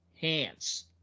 hands